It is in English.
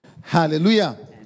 Hallelujah